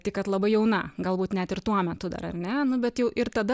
tik kad labai jauna galbūt net ir tuo metu dar ar ne nu bet jau ir tada